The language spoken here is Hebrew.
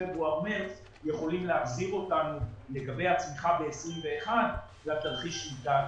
פברואר ומארס יכולים להחזיר אותנו לגבי הצמיחה ב-2021 לתרחיש שליטה...